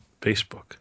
Facebook